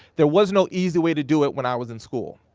there was no easy way to do it when i was in school.